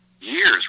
years